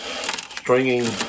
stringing